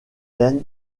and